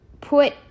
put